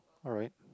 alright